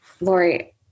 Lori